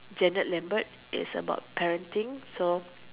Janet Lambert is about parenting so